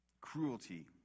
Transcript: cruelty